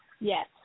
Yes